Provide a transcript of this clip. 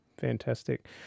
Fantastic